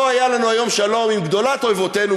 לא היה לנו היום שלום עם גדולת אויבותינו,